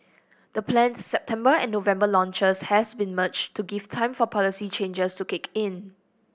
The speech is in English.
the planned September and November launches had been merged to give time for policy changes to kick in